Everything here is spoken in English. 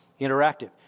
interactive